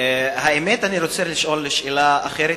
האמת היא שאני רוצה לשאול שאלה אחרת,